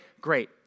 great